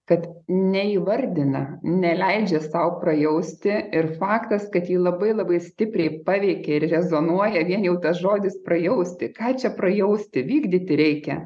kad neįvardina neleidžia sau prajausti ir faktas kad jį labai labai stipriai paveikė ir rezonuoja vien jau tas žodis prajausti ką čia prajausti vykdyti reikia